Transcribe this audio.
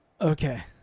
Okay